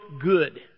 good